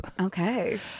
okay